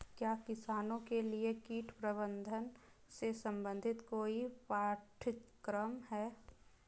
क्या किसानों के लिए कीट प्रबंधन से संबंधित कोई पाठ्यक्रम है?